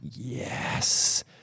yes